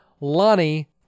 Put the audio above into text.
Lonnie